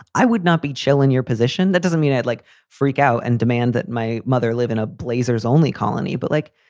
i would not be chill in your position. that doesn't mean i'd like freak out and demand that my mother live in a blazer's only colony. but like,